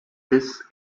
this